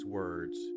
words